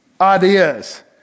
ideas